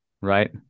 right